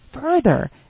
further